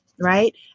right